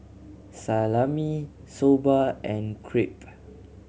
Salami Soba and Crepe